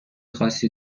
خاصی